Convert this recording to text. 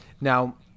Now